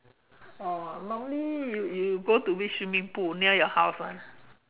oh normally you you go to which swimming pool near your house [one]